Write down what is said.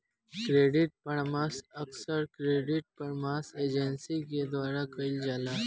credit परामर्श अक्सर credit परामर्श एजेंसी के द्वारा कईल जाला